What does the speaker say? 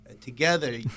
Together